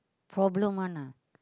problem one ah